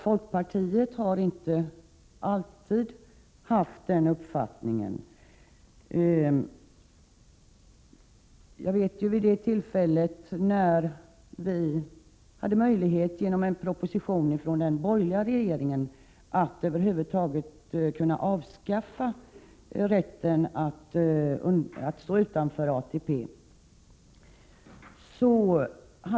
Folkpartiet har dock inte alltid haft den uppfattningen. Vid ett tillfälle hade vi, till följd av en proposition från den borgerliga regeringen, möjlighet att över huvud taget avskaffa rätten att stå utanför ATP.